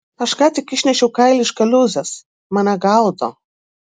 aš ką tik išnešiau kailį iš kaliūzės mane gaudo